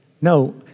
No